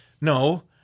No